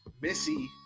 missy